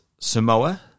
Samoa